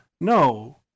No